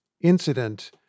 incident